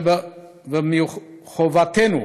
ומחובתנו